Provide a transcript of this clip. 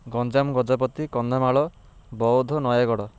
Ganjam Gajapati Kandhamal Boudh Nayagarh